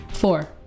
four